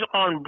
on